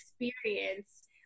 experience